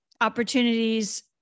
opportunities